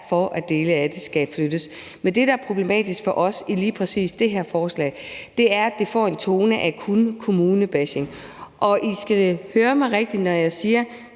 for, at dele af det skal flyttes. Men det, der er problematisk for os i lige præcis det her forslag, er, at det får en tone af kun kommunebashing. Og I skal høre mig rigtigt, når jeg siger: